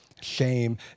shame